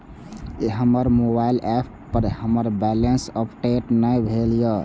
हमर mobile app पर हमर बैलेंस अपडेट ने भेल या